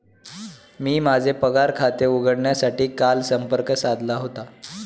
मी माझे पगार खाते उघडण्यासाठी काल संपर्क साधला होता